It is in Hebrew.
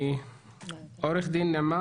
עו"ד נעמה